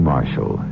Marshall